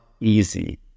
easy